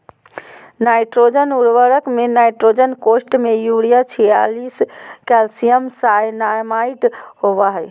nitrogen उर्वरक में nitrogen कोष्ठ में यूरिया छियालिश कैल्शियम साइनामाईड होबा हइ